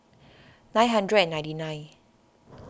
nine hundred ninety nine